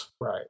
Right